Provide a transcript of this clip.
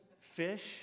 fish